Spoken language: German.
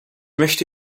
möchte